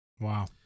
Wow